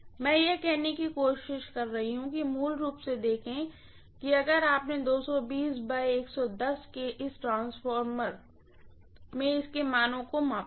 मैं यह कहने की कोशिश कर रही हूँ कि मूल रूप से देखें कि अगर आपने के इस ट्रांसफार्मर इसमें मानों को मापा था